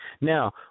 Now